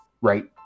Right